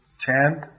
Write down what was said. chant